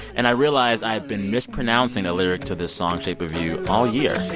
and i realized i'd been mispronouncing a lyric to this song, shape of you, all year